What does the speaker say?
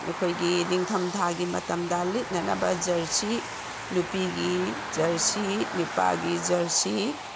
ꯑꯩꯈꯣꯏꯒꯤ ꯅꯤꯡꯊꯝ ꯊꯥꯒꯤ ꯃꯇꯝꯗ ꯂꯤꯠꯅꯅꯕ ꯖꯔꯁꯤ ꯅꯨꯄꯤꯒꯤ ꯖꯔꯁꯤ ꯅꯨꯄꯥꯒꯤ ꯖꯔꯁꯤ